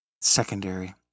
secondary